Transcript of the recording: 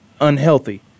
unhealthy